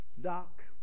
Doc